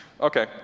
Okay